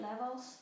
levels